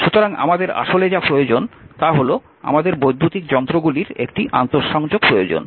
সুতরাং আমাদের আসলে যা প্রয়োজন তা হল আমাদের বৈদ্যুতিক যন্ত্রগুলির একটি আন্তঃসংযোগ প্রয়োজন